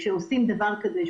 כשעושים דבר חריג כזה,